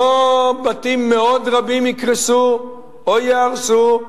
לא בתים מאוד רבים יקרסו או ייהרסו,